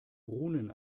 runen